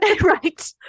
Right